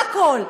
הכול.